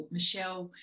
Michelle